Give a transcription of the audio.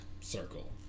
circle